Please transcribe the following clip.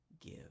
give